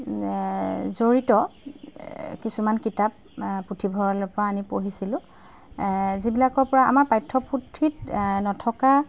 জড়িত কিছুমান কিতাপ পুথিভঁৰালৰ পৰা আনি পঢ়িছিলোঁ যিবিলাকৰ পৰা আমাৰ পাঠ্যপুথিত নথকা